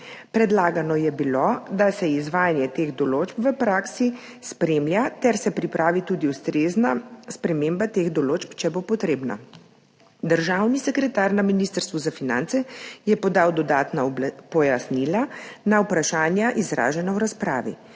Predlagano je bilo, da se izvajanje teh določb v praksi spremlja ter se pripravi tudi ustrezna sprememba teh določb, če bo potrebna. Državni sekretar na Ministrstvu za finance je podal dodatna pojasnila na vprašanja, izražena v razpravi.